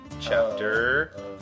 chapter